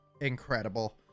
incredible